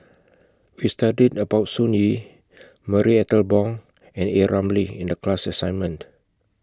We studied about Sun Yee Marie Ethel Bong and A Ramli in The class assignment